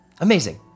Amazing